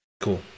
Cool